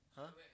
!huh!